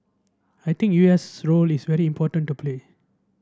I think U S role is very important to play